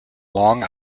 long